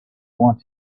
want